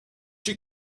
you